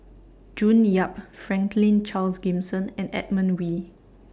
June Yap Franklin Charles Gimson and Edmund Wee